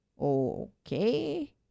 Okay